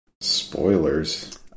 Spoilers